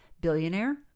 Billionaire